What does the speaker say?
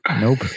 nope